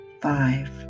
Five